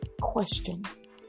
questions